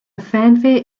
fanfare